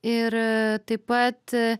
ir taip pat